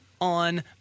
on